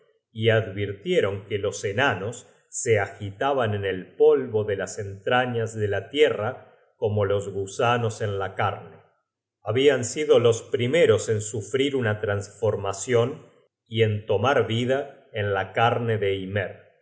y advirtieron que los enanos se agitaban en el polvo de las entrañas de la tierra como los gusanos en la carne habian sido los primeros en sufrir una tras formacion y en tomar vida en la carne de ymer